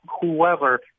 Whoever